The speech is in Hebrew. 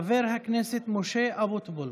חבר הכנסת משה אבוטבול.